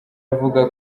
avuga